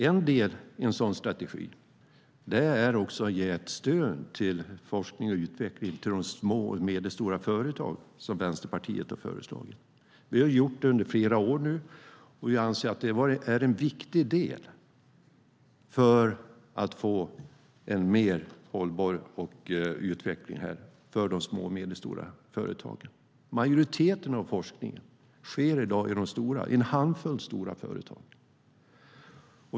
En del i en sådan strategi är att ge stöd till forskning och utveckling i de små och medelstora företagen, som Vänsterpartiet har föreslagit. Vi har gjort det under flera år, och vi anser att det är en viktig del för att få en mer hållbar utveckling för de små och medelstora företagen. Majoriteten av forskningen sker i dag i en handfull stora företag.